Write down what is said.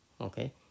Okay